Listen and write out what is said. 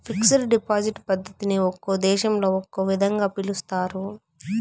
fixed deposit పద్ధతిని ఒక్కో దేశంలో ఒక్కో విధంగా పిలుస్తారు